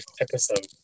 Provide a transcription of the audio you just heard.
episode